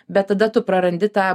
bet tada tu prarandi tą